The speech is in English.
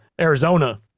Arizona